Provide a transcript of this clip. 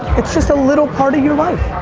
it's just a little part of your life.